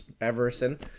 Everson